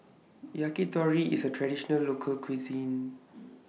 Yakitori IS A Traditional Local Cuisine